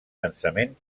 densament